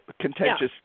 contentious